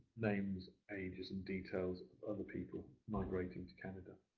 names, ages, and details of the people migrating to canada.